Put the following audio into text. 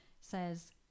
says